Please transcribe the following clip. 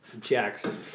Jackson